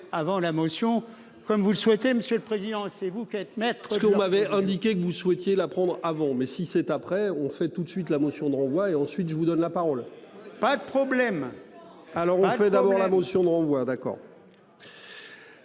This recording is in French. avant la motion comme vous le souhaitez, monsieur le président. C'est vous qui êtes maître. Ce que vous m'avez indiqué que vous souhaitiez la prendre avant. Mais si cet après on fait tout de suite la motion de renvoi et ensuite je vous donne la parole. Pas de problème. Alors on fait d'abord la motion de renvoi. D'accord.